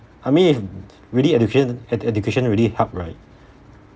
I mean if really education edu~ education really help right